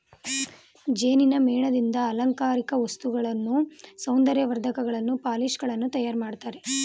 ಜೇನಿನ ಮೇಣದಿಂದ ಅಲಂಕಾರಿಕ ವಸ್ತುಗಳನ್ನು, ಸೌಂದರ್ಯ ವರ್ಧಕಗಳನ್ನು, ಪಾಲಿಶ್ ಗಳನ್ನು ತಯಾರು ಮಾಡ್ತರೆ